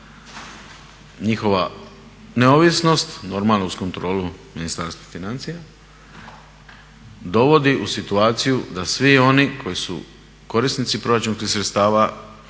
njihova neovisnost, normalno uz kontrolu Ministarstva financija dovodi u situaciju da svi oni koji su korisnici proračunskih sredstava